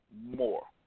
more